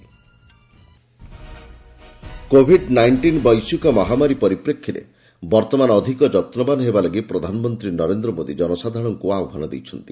PM Mann Ki Baat Covid nineteen ବୈଶ୍ୱିକ ମହାମାରୀ ପରିପ୍ରେକ୍ଷୀରେ ବର୍ତମାନ ଅଧିକ ଯତ୍ନବାନ ହେବା ଲାଗି ପ୍ରଧାନମନ୍ତ୍ରୀ ନରେନ୍ଦ୍ର ମୋଦୀ ଜନସାଧାରଣଙ୍କୁ ଆହ୍ୱାନ ଦେଇଛନ୍ତି